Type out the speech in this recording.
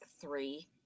Three